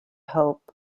hope